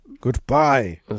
Goodbye